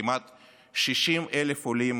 כמעט 60,000 עולים